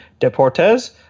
deportes